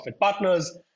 partners